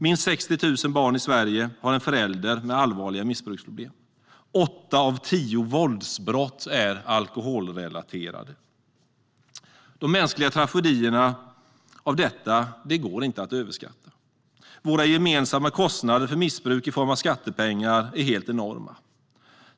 Minst 60 000 barn i Sverige har en förälder med allvarliga missbruksproblem. Åtta av tio våldsbrott är alkoholrelaterade. De mänskliga tragedier som blir en följd av detta går inte att överskatta. Våra gemensamma kostnader för missbruk i form av skattepengar är enorma.